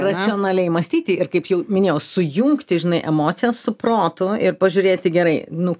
racionaliai mąstyti ir kaip jau minėjau sujungti žinai emociją su protu ir pažiūrėti gerai nu